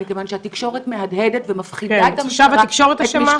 מכיוון שהתקשורת מהדהדת ומפחידה את המשטרה --- עכשיו התקשורת אשמה?